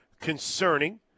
concerning